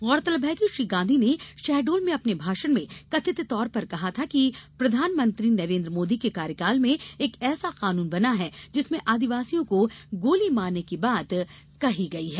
गौरतलब है कि श्री गांधी ने शहडोल में अपने भाषण में कथित तौर पर कहा था कि प्रधानमंत्री नरेन्द्र मोदी के कार्यकाल में एक ऐसा कानून बना है जिसमें आदिवासियों को गोली मारने की बात कही गई है